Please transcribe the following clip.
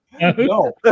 No